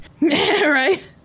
Right